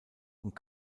und